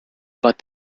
but